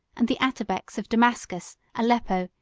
and the atabeks of damascus, aleppo,